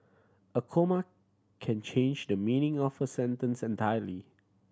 a comma can change the meaning of a sentence entirely